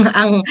ang